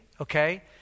Okay